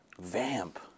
Vamp